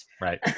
right